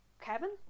Kevin